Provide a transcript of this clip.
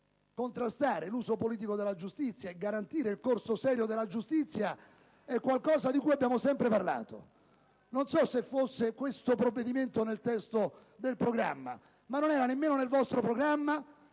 contrastare l'uso politico della giustizia e garantire il corso serio ed equilibrato della giustizia è qualcosa di cui abbiamo sempre parlato. Non so se questo provvedimento fosse nel testo del programma, ma non era nemmeno nel vostro programma